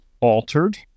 altered